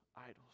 idols